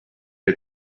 het